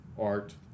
Art